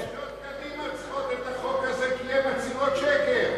נשות קדימה צריכות את החוק הזה כי הן מצהירות שקר,